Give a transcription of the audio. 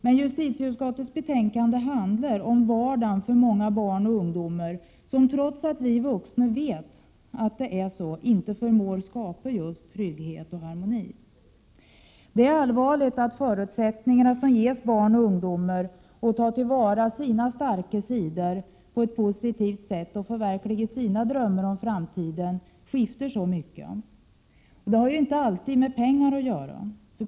Men justitieutskottets betänkande handlar om vardagen för många barn och ungdomar för vilka vi vuxna, trots att vi vet att det är så viktigt, inte förmår skapa just trygghet och harmoni. Det allvarliga är att de förutsättningar som ges barn och ungdomar att tillvarata sina starka sidor på ett positivt sätt och förverkliga sina drömmar om framtiden skall skifta så mycket. Det har inte alltid med pengar att göra.